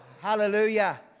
hallelujah